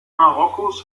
marokkos